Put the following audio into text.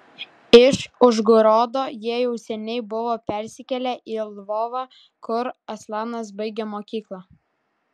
iš užgorodo jie jau seniai buvo persikėlę į lvovą kur aslanas baigė mokyklą